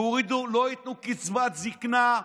לא ייתנו קצבת זקנה,